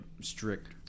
strict